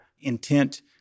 intent